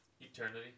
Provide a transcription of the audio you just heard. Eternity